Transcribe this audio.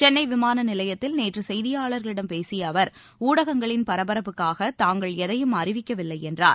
சென்னை விமான நிலையத்தில் நேற்று செய்தியாளர்களிடம் பேசிய அவர் ஊடகங்களின் பரபரப்புக்காக தாங்கள் எதையும் அறிவிக்கவில்லை என்றார்